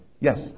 Yes